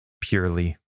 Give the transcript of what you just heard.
purely